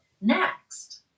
next